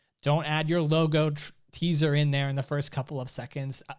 don't add your logo teaser in there in the first couple of seconds.